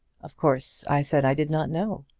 of course i said i did not know.